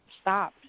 stop